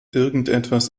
irgendetwas